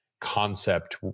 concept